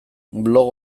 blog